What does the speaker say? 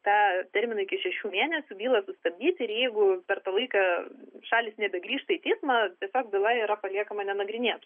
tą terminą iki šešių mėnesių bylą nustabdyti ir jeigu per tą laiką šalys nebegrįžta į teismą tosiog byla yra paliekama nenagrinėta